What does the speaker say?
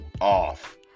off